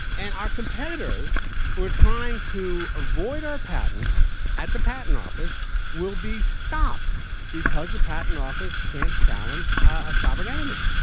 and our competitors who are trying to avoid our patent at the patent office will be stopped because the patent office can't challenge a sovereign entity